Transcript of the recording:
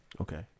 Okay